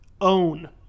own